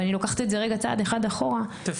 אני לוקחת את זה רגע צעד אחד אחורה --- תפרטי